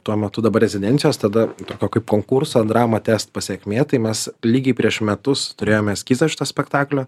tuo metu dabar rezidencijos tada tokio kaip konkurso dramatest pasekmė tai mes lygiai prieš metus turėjom eskizą šito spektaklio